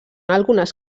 algunes